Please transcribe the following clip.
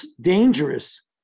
dangerous